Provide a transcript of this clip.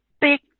big